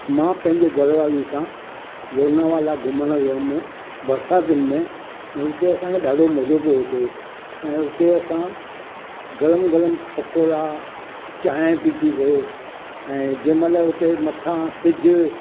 मां पंहिंजे घर वारी सां लोनावाला घुमणु वियमि बरसातियुनि में ऐं उते असांखे ॾाढो मज़ो पियो अचे ऐं उते असां गरम गरम पकौड़ा चांहि पीतिसीं ऐं जें माल उते मथां सिजु